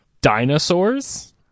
dinosaurs